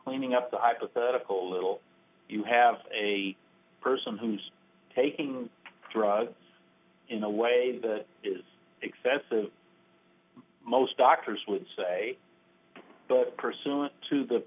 cleaning up the hypothetical a little you have a person who's taking drugs in a way that is excessive most doctors would say